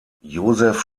joseph